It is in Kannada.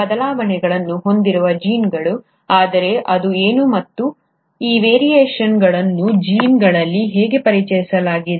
ಈ ಬದಲಾವಣೆಗಳನ್ನು ಹೊಂದಿರುವ ಜೀನ್ಗಳು ಆದರೆ ಅದು ಏನು ಮತ್ತು ಈ ವೇರಿಯೇಷನ್ಗಳನ್ನು ಈ ಜೀನ್ಗಳಲ್ಲಿ ಹೇಗೆ ಪರಿಚಯಿಸಲಾಗಿದೆ